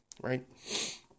right